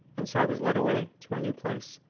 and so i was led away to my new place.